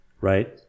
right